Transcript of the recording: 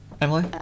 Emily